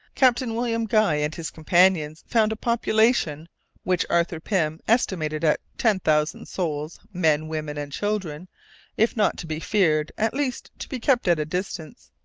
captain william guy and his companions found a population which arthur pym estimated at ten thousand souls, men, women, and children if not to be feared, at least to be kept at a distance,